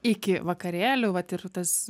iki vakarėlių vat ir tas